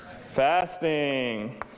Fasting